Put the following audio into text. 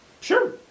sure